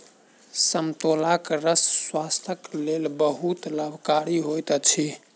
संतोलाक रस स्वास्थ्यक लेल बहुत लाभकारी होइत अछि